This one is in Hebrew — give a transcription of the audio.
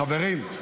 חברים.